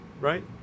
right